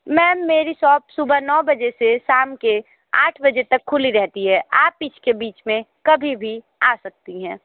ma'am मेरी shop सुबह नौ बजे से शाम के आठ बजे तक खुली रहती है आप इसके बीच में कभी भी आ सकती हैं